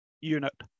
unit